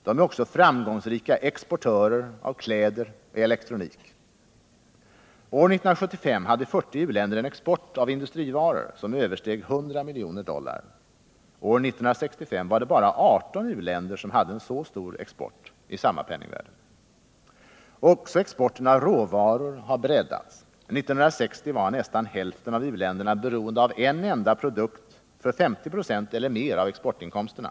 De är också framgångsrika exportörer av kläder och elektronik. År 1975 hade 40 u-länder en export av industrivaror som översteg 100 miljoner dollar. År 1965 var det bara 18 u-länder som hade en så stor export i samma penningvärde. Också exporten av råvaror har breddats: 1960 var nästan hälften av u-länderna beroende av en enda produkt för 50 96 eller mer av exportinkomsterna.